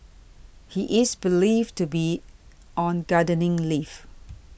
he is believed to be on gardening leave